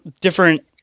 different